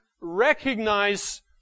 recognize